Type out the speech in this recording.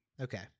Okay